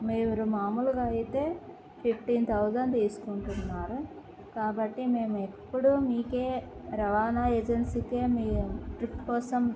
మీరు మామూలుగా అయితే ఫిఫ్టీన్ థౌజండ్ తీసుకుంటున్నారు కాబట్టి మేము ఎప్పుడూ మీకే రవాణా ఏజెన్సీకే మీ ట్రిప్ కోసం